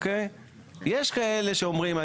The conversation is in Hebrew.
יש כאלה שאומרים,